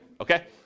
okay